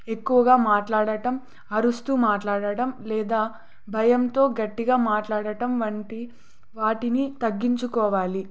ఎక్కువగా మాట్లాడటం అరుస్తు మాట్లాడటం లేదా భయంతో గట్టిగా మాట్లాడటం వంటి వాటిని తగ్గించుకోవాలి